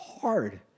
hard